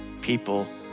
people